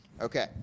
Okay